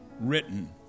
written